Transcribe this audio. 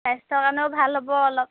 স্বাস্থ্যৰ কাৰণেও ভাল হ'ব অলপ